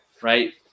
right